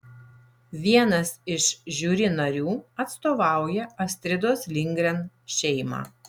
vienas iš žiuri narių atstovauja astridos lindgren šeimą